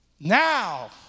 Now